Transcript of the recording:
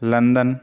London